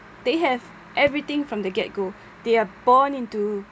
they have everything from the get go they are born into